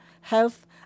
health